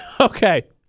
Okay